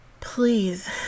please